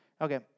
Okay